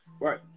Right